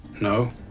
no